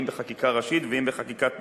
אם בחקיקה ראשית ואם בחקיקת משנה.